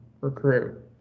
recruit